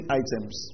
items